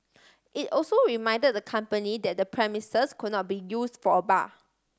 it also reminded the company that the premises could not be use for a bar